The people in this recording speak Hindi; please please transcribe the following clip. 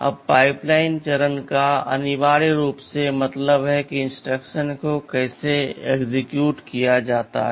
अब पाइपलाइन चरण का अनिवार्य रूप से मतलब है कि इंस्ट्रक्शंस को कैसे एक्सेक्यूट किया जाता है